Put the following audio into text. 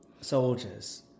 Soldiers